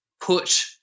put